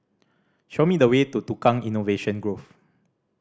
show me the way to Tukang Innovation Grove